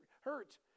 hurt